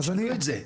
העבירו את זה.